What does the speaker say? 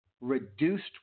reduced